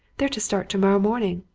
they're to start tomorrow morning.